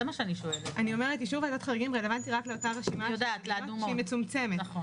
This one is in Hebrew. אישור זה רלוונטי רק לרשימת המדינות המצומצמת שהזכרתי.